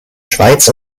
schweiz